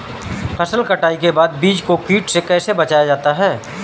फसल कटाई के बाद बीज को कीट से कैसे बचाया जाता है?